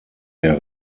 der